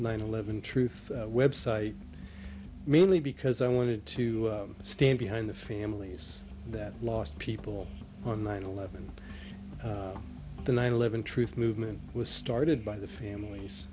nine eleven truth website mainly because i wanted to stand behind the families that lost people on nine eleven the nine eleven truth movement was started by the families